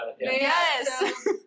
Yes